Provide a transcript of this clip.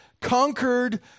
conquered